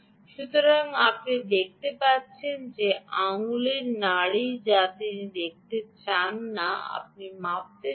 সুতরাং আপনি দেখতে পাচ্ছেন এটি আঙুলের নাড়ি যা তিনি চান যে আপনি মাপতে চান